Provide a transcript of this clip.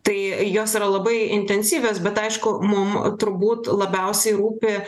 tai jos yra labai intensyvios bet aišku mum turbūt labiausiai rūpi